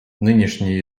нынешние